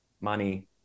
money